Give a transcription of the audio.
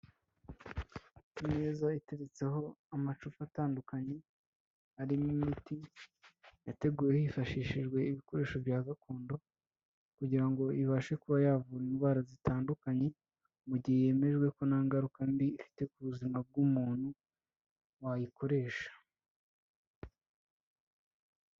Ku meza iteretseho amacupa atandukanye, arimo imiti yateguwe hifashishijwe ibikoresho bya gakondo kugira ngo ibashe kuba yavura indwara zitandukanye mu gihe hemejwe ko nta ngaruka mbi ifite ku buzima bw'umuntu wayikoresha.